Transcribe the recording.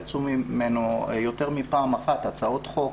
יצאו ממנו יותר מפעם אחת הצעות חוק